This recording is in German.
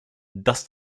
dass